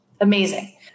amazing